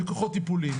בכוחות טיפוליים.